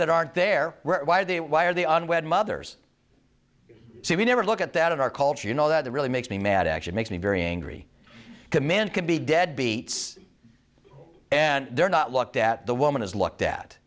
that aren't there why are they why are they unwed mothers we never look at that in our culture you know that that really makes me mad actually makes me very angry command could be deadbeats and they're not looked at the woman is looked at